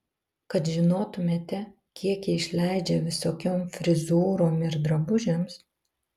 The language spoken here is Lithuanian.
kad žinotumėte kiek ji išleidžia visokiom frizūrom ir drabužiams